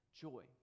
joy